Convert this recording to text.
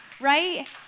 right